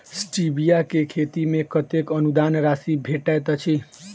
Stevia केँ खेती मे कतेक अनुदान राशि भेटैत अछि?